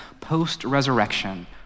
post-resurrection